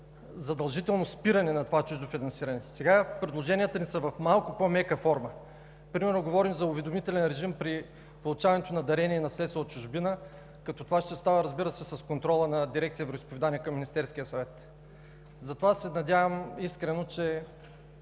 задължително спиране на това чуждо финансиране. Сега предложенията ни са в малко по-мека форма. Примерно, говорим за уведомителен режим при получаването на дарения и наследство от чужбина, като това ще става, разбира се, с контрола на дирекция „Вероизповедания“ към Министерския съвет. Затова искрено се